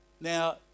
Now